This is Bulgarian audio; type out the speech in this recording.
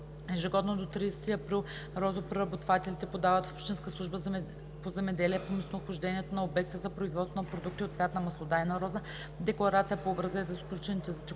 Ежегодно в срок до 30 април розопреработвателите подават в общинската служба по земеделие по местонахождение на обекта за производство на продукти от цвят на маслодайна роза декларация по образец за сключените за текущата